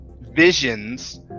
visions